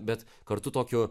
bet kartu tokiu